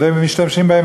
ומשתמשים בהם.